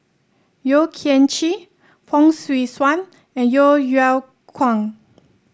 Yeo Kian Chye Fong Swee Suan and Yeo Yeow Kwang